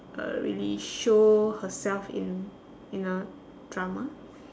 uh really show herself in in a drama